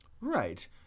Right